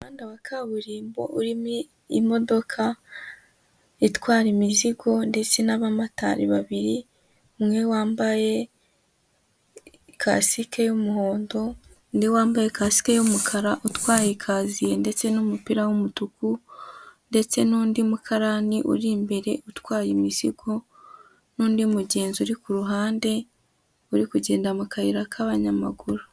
Umuhanda wa kaburimbo urimo imodoka itwara imizigo ndetse n'abamotari babiri, umwe wambaye kasike y'umuhondo, undi wambaye kasike y'umukara utwaye ikaziye ndetse n'umupira w'umutuku ndetse n'undi mu mukarani uri imbere utwaye imizigo n'undi mugenzi uri kuruhande, uri kugenda mu kayira k'abanyamaguru.